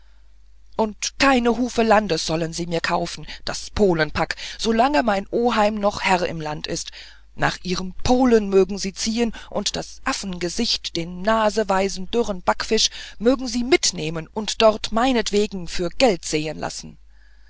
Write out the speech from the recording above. und keine hufe landes sollen sie mir kaufen das polenpack solange mein oheim noch herr im land ist nach ihrem polen mögen sie ziehen und das affengesicht den naseweisen dürren backfisch mögen sie mitnehmen und dort meinetwegen für geld sehen lassen